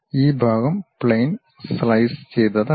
ഈ ഭാഗം plain slice ചെയ്തതല്ല